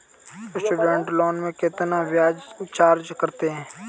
Student loan में कितना ब्याज चार्ज करते हैं?